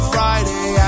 Friday